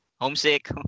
Homesick